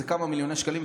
זה כמה מיליוני שקלים,